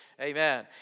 Amen